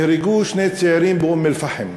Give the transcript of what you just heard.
נהרגו שני צעירים באום-אלפחם